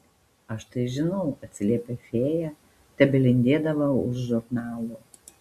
aš tai žinau atsiliepia fėja tebelindėdama už žurnalo